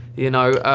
you know,